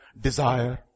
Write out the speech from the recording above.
desire